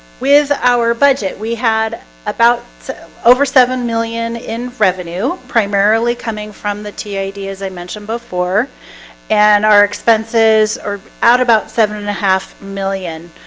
with our budget we had about over seven million in revenue primarily coming from the tid as i mentioned before and our expenses are out about seven-and-a-half million